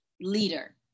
leader